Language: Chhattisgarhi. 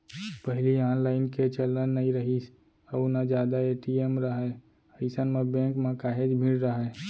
पहिली ऑनलाईन के चलन नइ रिहिस अउ ना जादा ए.टी.एम राहय अइसन म बेंक म काहेच भीड़ राहय